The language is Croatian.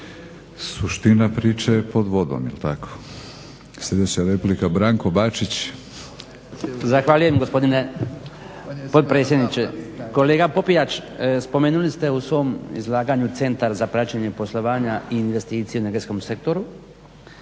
Suština priče je pod vodom je li tako? Sljedeća replika Branko Bačić. **Bačić, Branko (HDZ)** Zahvaljujem gospodine potpredsjedniče. Kolega Popijač spomenuli ste u svom izlaganju centar za praćenje poslovanje i investicije u energetskom sektoru